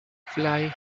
flying